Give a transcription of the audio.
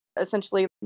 essentially